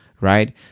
right